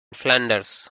flanders